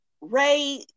ray